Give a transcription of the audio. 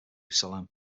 salem